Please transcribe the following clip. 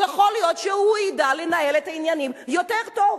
יכול להיות שהוא ידע לנהל את העניינים יותר טוב.